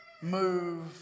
Move